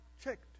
checked